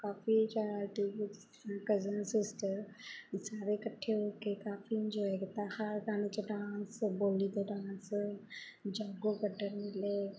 ਕਾਫੀ ਚਾਅ ਅਤੇ cousin sister ਸਾਰੇ ਇਕੱਠੇ ਹੋ ਕੇ ਕਾਫੀ ਇੰਜੋਏ ਕੀਤਾ ਹਰ ਗਾਣੇ 'ਤੇ ਡਾਂਸ ਬੋਲੀ 'ਤੇ ਡਾਂਸ ਜਾਗੋ ਕੱਢਣ ਵੇਲੇ